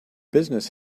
business